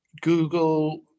Google